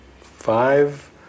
five